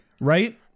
Right